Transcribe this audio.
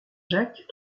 jacques